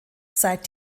seit